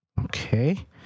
Okay